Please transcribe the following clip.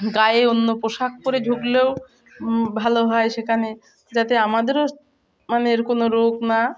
গায়ে অন্য পোশাক পর ঝুঁকলেও ভালো হয় সেখানে যাতে আমাদেরও মানের কোনো রোগ না